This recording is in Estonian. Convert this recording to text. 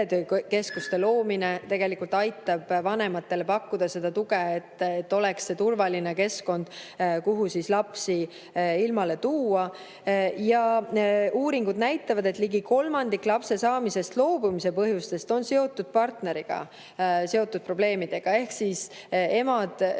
perekeskuste loomine tegelikult aitab vanematele pakkuda tuge, et oleks turvaline keskkond, kuhu lapsi ilmale tuua. Ja uuringud näitavad, et ligi kolmandik lapse saamisest loobumise põhjustest on seotud partneriga seotud probleemidega. Ehk emad ei